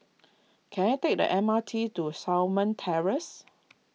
can I take the M R T to Shamah Terrace